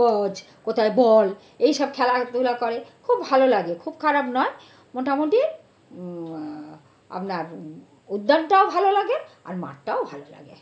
গজ কোথায় বল এই সব খেলাধুলা করে খুব ভালো লাগে খুব খারাপ নয় মোটামুটি আপনার উদ্যানটাও ভালো লাগে আর মাঠটাও ভালো লাগে